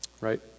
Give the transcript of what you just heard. Right